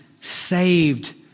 saved